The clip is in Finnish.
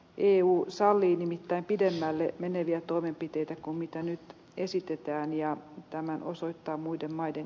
viiuutossa oli nimittäin pidemmälle meneviä toimenpiteitä kuin mitä nyt esitetään ja tämän osoittaa muiden maiden